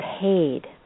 paid